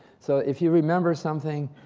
so if you remember something,